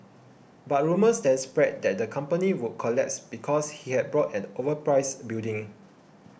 but rumours then spread that the company would collapse because he had bought an overpriced building